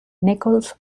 nicholls